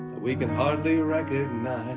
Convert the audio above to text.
we can hardly recognize